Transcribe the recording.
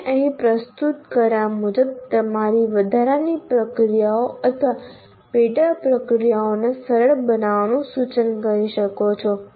તમે અહીં પ્રસ્તુત કર્યા મુજબ તમારી વધારાની પ્રક્રિયાઓ અથવા પેટા પ્રક્રિયાઓને સરળ બનાવવાનું સૂચન કરી શકો છો